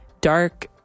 dark